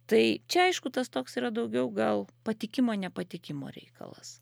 tai čia aišku tas toks yra daugiau gal patikimo nepatikimo reikalas